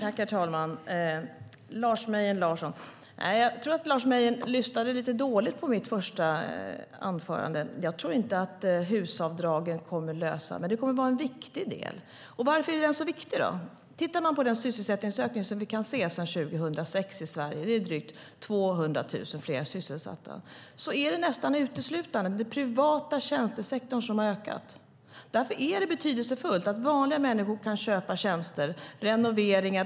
Herr talman! Jag tror att Lars Mejern Larsson lyssnade lite dåligt på mitt första anförande. Jag tror inte att HUS-avdragen kommer att lösa detta, men det kommer att vara en viktig del. Och varför är den då så viktig? Den sysselsättningsökning som vi kan se sedan 2006 i Sverige innebär drygt 200 000 fler sysselsatta. Det är nästan uteslutande den privata tjänstesektorn som har ökat. Därför är det betydelsefullt att vanliga människor kan köpa tjänster och renoveringar.